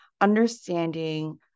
understanding